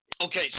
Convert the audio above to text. Okay